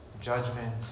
Judgment